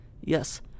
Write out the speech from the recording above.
yes